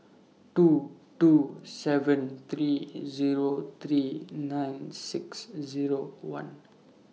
two two seven three Zero three nine six Zero one